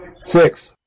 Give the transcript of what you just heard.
six